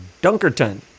Dunkerton